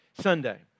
Sunday